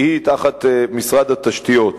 כי היא תחת משרד התשתיות.